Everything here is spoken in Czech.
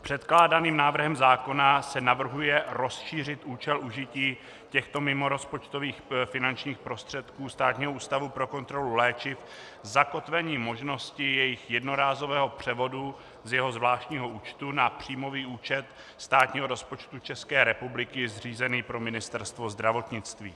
Předkládaným návrhem zákonem se navrhuje rozšířit účel užití těchto mimorozpočtových finančních prostředků Státního ústavu pro kontrolu léčiv zakotvením možnosti jejich jednorázového převodu z jeho zvláštního účtu na příjmový účet státního rozpočtu České republiky zřízený pro Ministerstvo zdravotnictví.